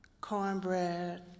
cornbread